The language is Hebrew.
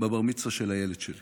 בבר-מצווה של הילד שלי,